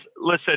listen